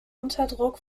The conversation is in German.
unterdruck